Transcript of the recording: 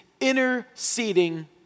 interceding